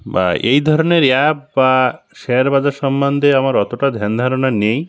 বা এই ধরনের অ্যাপ বা শেয়ার বাজার সম্বন্ধে আমার অতটা ধ্যান ধারণা নেই